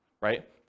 Right